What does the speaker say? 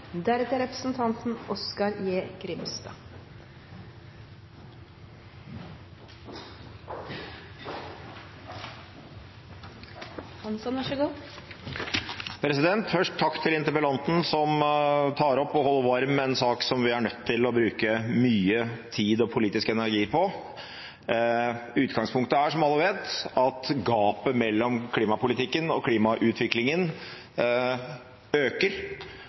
Først takk til interpellanten som tar opp og holder varm en sak som vi er nødt til å bruke mye tid og politisk energi på. Utgangspunktet er, som alle vet, at gapet mellom klimapolitikken og klimautviklingen øker